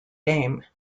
game